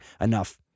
enough